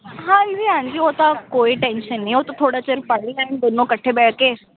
ਹਾਂਜੀ ਹਾਂਜੀ ਉਹ ਤਾਂ ਕੋਈ ਟੈਨਸ਼ਨ ਨਹੀਂ ਉਹ ਤਾਂ ਥੋੜ੍ਹਾ ਚਿਰ ਪੜ੍ਹ ਲੈਣ ਦੋਨੋਂ ਇਕੱਠੇ ਬੈਠ ਕੇ